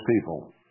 people